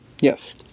Yes